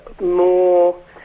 more